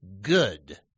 good